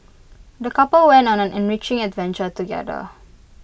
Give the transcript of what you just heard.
the couple went on an enriching adventure together